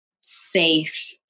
safe